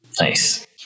Nice